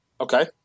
Okay